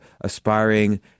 aspiring